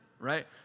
Right